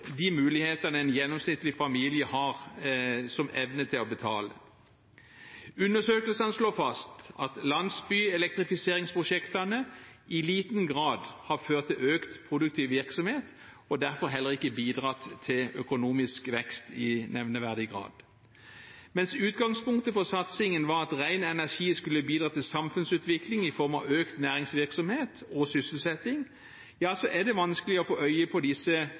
en gjennomsnittlig familie har evne til å betale. Undersøkelsen slår fast at landsbyelektrifiseringsprosjektene i liten grad har ført til økt produktiv virksomhet, og har derfor heller ikke bidratt til økonomisk vekst i nevneverdig grad. Mens utgangspunktet for satsingen var at ren energi skulle bidra til samfunnsutvikling i form av økt næringsvirksomhet og sysselsetting, ja, så er det vanskelig å få øye på disse